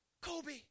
Kobe